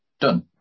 done